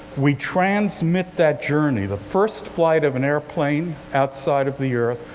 we transmit that journey, the first flight of an airplane outside of the earth,